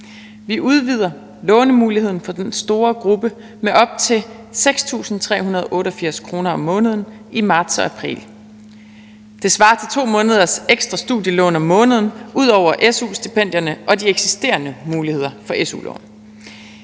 Vi udvider lånemuligheden for den store gruppe med op til 6.388 kr. om måneden i marts og april. Det svarer til 2 måneders ekstra studielån om måneden ud over su-stipendierne og de eksisterende muligheder for su-lån.